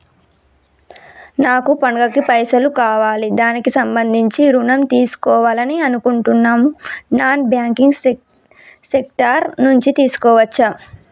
నాకు పండగ కి పైసలు కావాలి దానికి సంబంధించి ఋణం తీసుకోవాలని అనుకుంటున్నం నాన్ బ్యాంకింగ్ సెక్టార్ నుంచి తీసుకోవచ్చా?